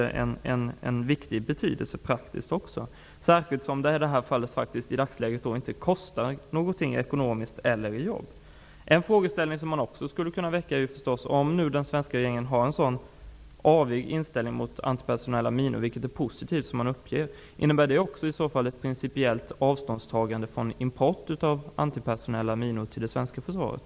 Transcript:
Ett förbud är bra, särskilt som det i dagsläget inte kostar någonting ekonomiskt eller räknat i jobb. Det är positivt att regeringen uppger sig ha en avig inställning mot antipersonella minor. Innebär det ett principiellt avståndstagande från import av antipersonella minor till det svenska försvaret?